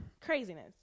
Craziness